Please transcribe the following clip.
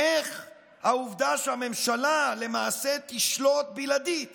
איך העובדה שהממשלה למעשה תשלוט בלעדית